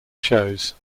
shows